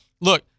look